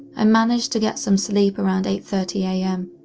i managed to get some sleep around eight thirty am,